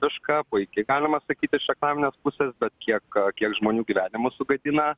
kažką puikiai galima sakyt iš reklaminės pusės kiek kiek žmonių gyvenimų sugadina